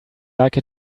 like